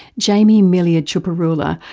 jamie millier tjupurrula,